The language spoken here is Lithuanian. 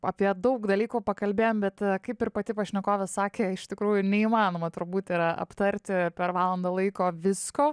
apie daug dalykų pakalbėjom bet kaip ir pati pašnekovė sakė iš tikrųjų neįmanoma turbūt yra aptarti per valandą laiko visko